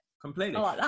Completely